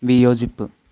വിയോജിപ്പ്